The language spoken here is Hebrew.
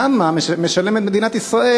כמה משלמת מדינת ישראל?